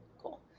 Cool